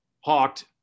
hawked